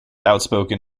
outspoken